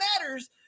matters